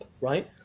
right